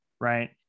Right